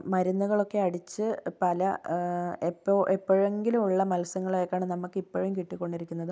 മരുന്നുകളൊക്കെ അടിച്ച് പല എപ്പോൾ എപ്പോഴെങ്കിലുമുള്ള മത്സ്യങ്ങളെയൊക്കെയാണ് നമുക്കിപ്പോഴും കിട്ടിക്കൊണ്ടിരിക്കുന്നത്